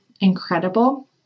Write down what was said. incredible